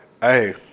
Hey